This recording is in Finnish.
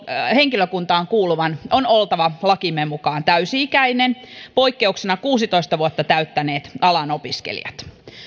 henkilökuntaan kuuluvan on oltava lakimme mukaan täysi ikäinen poikkeuksena kuusitoista vuotta täyttäneet alan opiskelijat